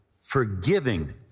forgiving